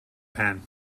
pan